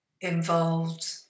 involved